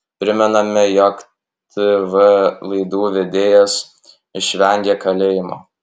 primename jog tv laidų vedėjas išvengė kalėjimo